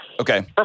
Okay